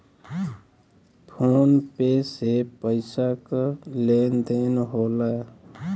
phone पे से पइसा क लेन देन होला